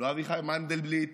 לא אביחי מנדלבליט,